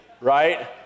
right